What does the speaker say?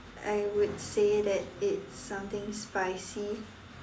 I would say that it's something spicy